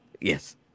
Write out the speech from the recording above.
Yes